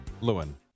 Lewin